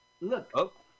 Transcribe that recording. Look